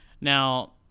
Now